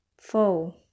Four